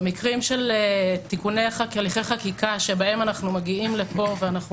במקרים של הליכי חקיקה שבהם אנחנו מגיעים לפה ואנחנו